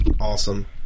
awesome